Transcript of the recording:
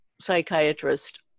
psychiatrist